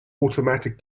automatic